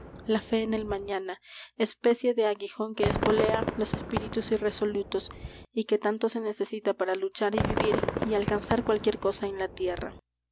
la fe en el mañana especie de aguijón que espolea los espíritus irresolutos y que tanto se necesita para luchar y vivir y alcanzar cualquier cosa en la tierra